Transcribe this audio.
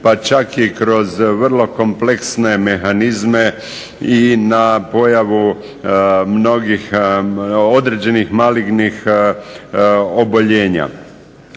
pa čak i na vrlo kompleksne mehanizme i na pojavu mnogih određenih malignih oboljenja.